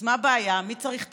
אז מה הבעיה, מי צריך תקציב?